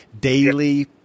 daily